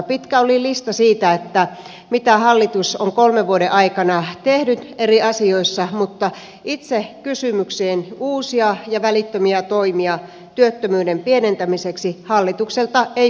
pitkä oli lista siitä mitä hallitus on kolmen vuoden aikana tehnyt eri asioissa mutta itse kysymykseen uusia ja välittömiä toimia työttömyyden pienentämiseksi hallitukselta ei kyllä tullut